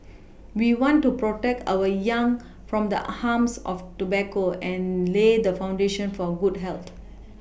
we want to protect our young from the harms of tobacco and lay the foundation for good health